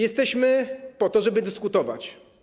Jesteśmy po to, żeby dyskutować.